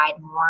more